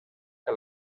que